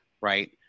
right